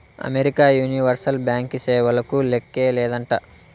America universal banking సేవలకు లేక్కే లేదంట